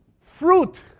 fruit